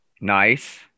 Nice